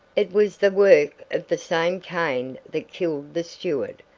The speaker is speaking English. it was the work of the same cane that killed the steward.